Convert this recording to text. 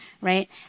right